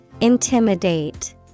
Intimidate